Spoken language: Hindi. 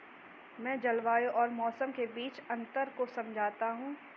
मैं जलवायु और मौसम के बीच अंतर को समझता हूं